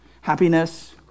happiness